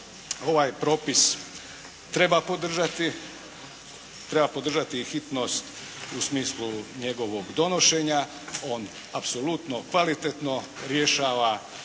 podržati, treba podržati i hitnost u smislu njegovog donošenja. On apsolutno kvalitetno rješava